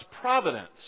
providence